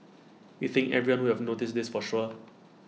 we think everyone would have noticed this for sure